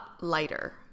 lighter